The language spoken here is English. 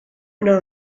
know